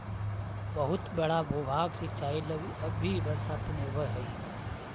बहुत बड़ा भूभाग सिंचाई लगी अब भी वर्षा पर निर्भर हई